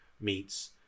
meets